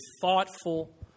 thoughtful